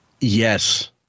Yes